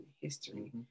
history